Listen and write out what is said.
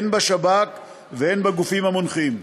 הן בשב"כ והן בגופים המונחים.